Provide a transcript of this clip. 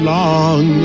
long